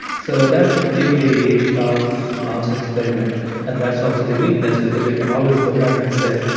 so that's the beauty of mouse experiment. and that's also the weakness because we can always go back and say,